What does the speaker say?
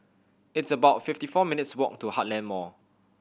it's about fifty four minutes' walk to Heartland Mall